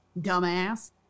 Dumbass